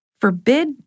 forbid